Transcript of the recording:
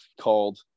called